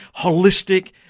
holistic